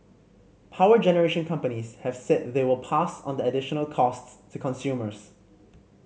power generation companies have said they will pass on the additional costs to consumers